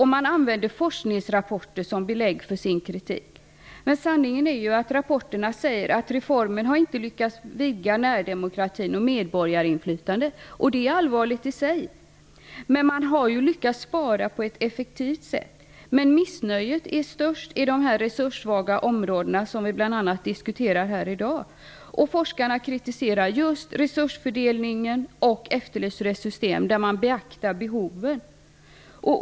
Man använder forskningsrapporter som belägg för sin kritik. Men sanningen är att enligt rapporterna har inte reformen lyckats vidga närdemokratin och medborgarinflytandet. Det är allvarligt i sig, men man har lyckats att spara på ett effektivt sätt. Missnöjet är dock störst i de resurssvaga områdena som vi bl.a. diskuterar här i dag. Forskarna kritiserar just resursfördelningen och efterlyser ett system där behoven beaktas.